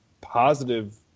positive